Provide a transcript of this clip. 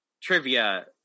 trivia